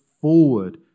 forward